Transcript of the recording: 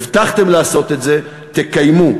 הבטחתם לעשות את זה, תקיימו.